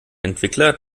entwickler